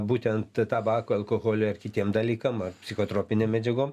būtent tabakui alkoholiui ar kitiem dalykam ar psichotropinėm medžiagom